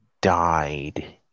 died